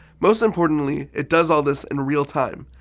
most importantly, it does all this in real time.